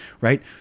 Right